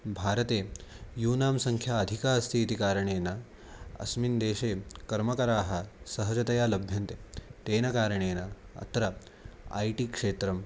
भारते यूनां सङ्ख्या अधिका अस्ति इति कारणेन अस्मिन् देशे कर्मकराः सहजतया लभ्यन्ते तेन कारणेन अत्र ऐ टि क्षेत्रं